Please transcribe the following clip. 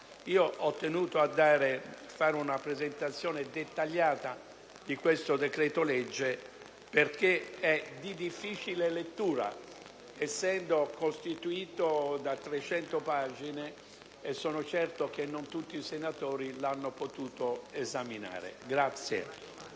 - ho tenuto a fare una presentazione dettagliata del provvedimento in esame perché è di difficile lettura, essendo costituito da 300 pagine (sono certo che non tutti i senatori lo hanno potuto esaminare).